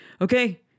okay